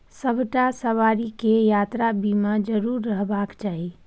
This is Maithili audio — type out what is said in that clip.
सभटा सवारीकेँ यात्रा बीमा जरुर रहबाक चाही